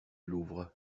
louvre